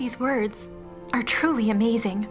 these words are truly amazing